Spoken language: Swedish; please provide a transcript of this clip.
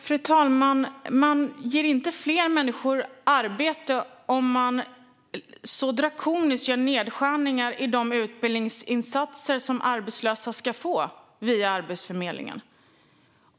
Fru talman! Man ger inte fler människor arbete om man så drakoniskt gör nedskärningar i de utbildningsinsatser som arbetslösa ska få via Arbetsförmedlingen.